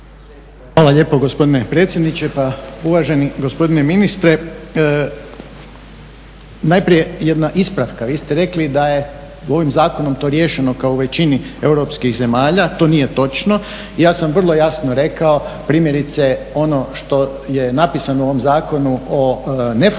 Hvala lijepo gospodine predsjedniče. Pa uvaženi gospodine ministre, najprije jedna ispravka. Vi ste rekli da je ovim zakonom to riješeno kao u većini europskih zemalja. To nije točno. Ja sam vrlo jasno rekao primjerice ono što je napisano u ovom zakonu o neformalnoj